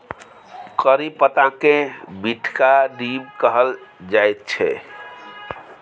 करी पत्ताकेँ मीठका नीम कहल जाइत छै